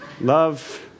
love